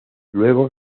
luego